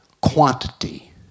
quantity